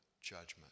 judgment